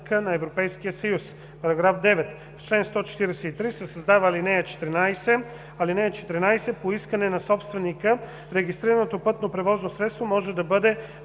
на Европейския съюз.“ § 9. В чл. 143 се създава ал. 14: „(14) По искане на собственика регистрираното пътно превозно средство може да бъде